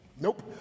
Nope